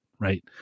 right